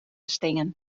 stean